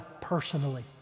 personally